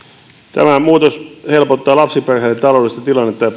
tämä muutos helpottaa lapsiperheiden taloudellista tilannetta ja